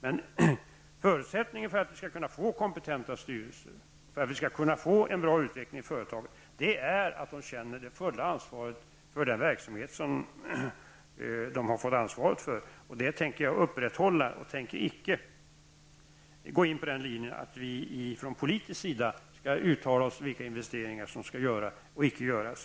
En förutsättning för att vi skall kunna få kompetenta styrelser och en bra utveckling i företaget är att man tar det fulla ansvaret för den verksamhet som man har ansvar för. Det är en ordning som jag tänker upprätthålla. Jag tänker icke gå in på en linje som innebär att vi från politisk sida uttalar oss om vilka investeringar som skall göras eller icke göras.